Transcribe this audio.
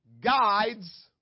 guides